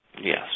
Yes